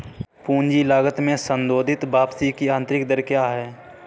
पूंजी लागत में संशोधित वापसी की आंतरिक दर क्या है?